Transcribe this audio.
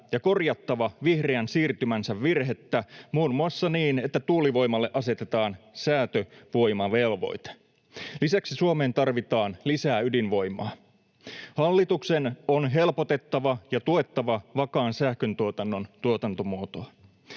ja korjattava vihreän siirtymänsä virhettä muun muassa niin, että tuulivoimalle asetetaan säätövoimavelvoite. Lisäksi Suomeen tarvitaan lisää ydinvoimaa. Hallituksen on helpotettava ja tuettava vakaan sähköntuotannon tuotantomuotoa.